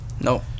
No